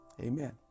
Amen